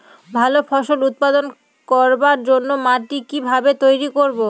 ভালো ফসল উৎপাদন করবার জন্য মাটি কি ভাবে তৈরী করব?